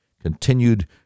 continued